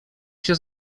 się